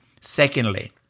Secondly